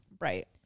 Right